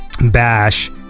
bash